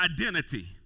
identity